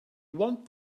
want